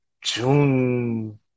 June